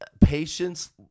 patience